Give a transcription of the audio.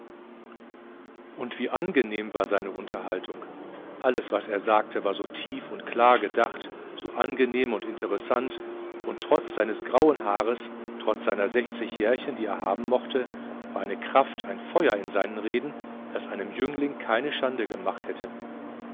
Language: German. und wie angenehm war seine unterhaltung alles was er sagte war so tief und klar gedacht so angenehm und interessant und trotz seines grauen haares trotz seiner sechzig jährchen die er haben mochte war eine kraft ein feuer in seinen reden das einem jüngling keine schande gemacht hätte